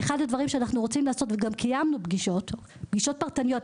אחד הדברים שעשינו וכבר קיימנו פגישות פרטניות,